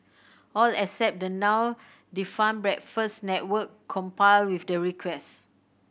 all except the now defunct Breakfast Network compare with the request